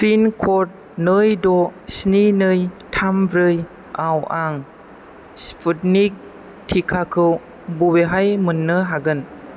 pin कड नै द' स्नि नै थाम ब्रै आव आं स्पुटनिक टिकाखौ बबेहाय मोन्नो हागोन